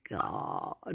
God